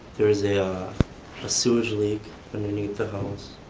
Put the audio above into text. there is a yeah ah sewage leak underneath the house.